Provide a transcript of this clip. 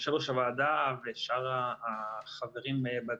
יושב-ראש הוועדה ושאר החברים בדיון,